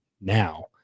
now